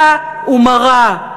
מעשית ואידיאולוגית כאחת, קשה ומרה,